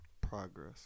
Progress